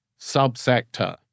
subsector